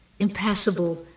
impassable